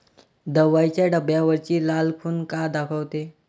दवाईच्या डब्यावरची लाल खून का दाखवते?